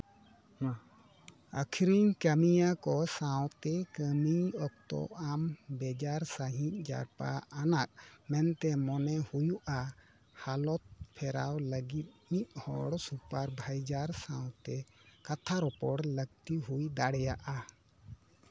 ᱟᱹᱠᱷᱨᱤᱧ ᱠᱟᱹᱢᱭᱟᱹ ᱠᱚ ᱥᱟᱶᱛᱮ ᱠᱟᱹᱢᱤ ᱚᱠᱛᱚ ᱟᱢ ᱵᱮᱡᱟᱨ ᱥᱟᱺᱦᱤᱡ ᱡᱟᱨᱯᱟ ᱟᱱᱟᱜ ᱢᱮᱱᱛᱮ ᱢᱚᱱᱮ ᱦᱩᱭᱩᱜᱼᱟ ᱦᱟᱞᱚᱛ ᱯᱷᱮᱨᱟᱣ ᱞᱟᱹᱜᱤᱫ ᱢᱤᱫ ᱦᱚᱲ ᱥᱩᱯᱟᱨ ᱵᱷᱟᱭᱡᱟᱨ ᱥᱟᱶᱛᱮ ᱠᱟᱛᱷᱟ ᱨᱚᱯᱚᱲ ᱞᱟᱹᱠᱛᱤ ᱦᱩᱭ ᱫᱟᱲᱮᱭᱟᱜᱼᱟ